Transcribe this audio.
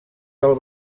del